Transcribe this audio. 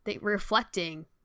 reflecting